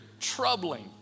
troubling